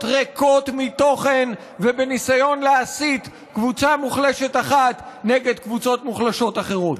ריקות מתוכן ובניסיון להסית קבוצה מוחלשת אחת נגד קבוצות מוחלשות אחרות.